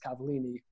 Cavallini